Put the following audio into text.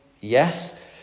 Yes